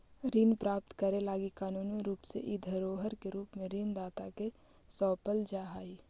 ऋण प्राप्त करे लगी कानूनी रूप से इ धरोहर के रूप में ऋण दाता के सौंपल जा हई